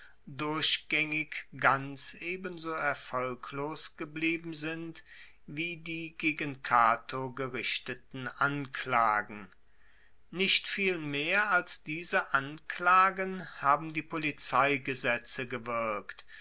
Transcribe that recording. durchgaengig ganz ebenso erfolglos geblieben sind wie die gegen cato gerichteten anklagen nicht viel mehr als diese anklagen haben die polizeigesetze gewirkt